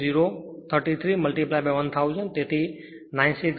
033 1000 તેથી 967 rpm છે